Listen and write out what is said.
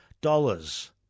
dollars